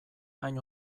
hain